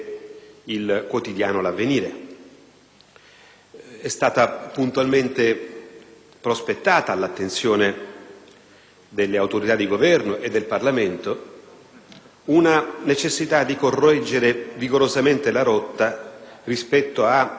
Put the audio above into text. È stata puntualmente prospettata all'attenzione delle autorità di Governo e del Parlamento la necessità di correggere rigorosamente la rotta, rispetto ad un'impostazione che